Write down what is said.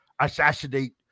assassinate